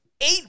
Eight